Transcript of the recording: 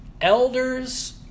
elders